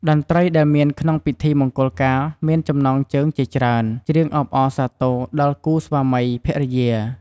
តន្រី្តដែលមានក្នុងពិធីមង្គលការមានចំណងជើងជាច្រើន ច្រៀងអបអរសាទរដល់គូស្វាមីភរិយា។